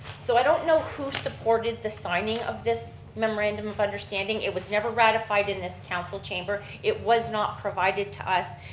so i don't know who supported the signing of this memorandum of understanding. it was never ratified in this council chamber, it was not provided to us,